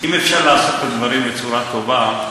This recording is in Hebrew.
אם אפשר לעשות את הדברים בצורה טובה,